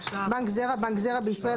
"בנק זרע" בנק זרע בישראל,